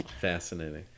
fascinating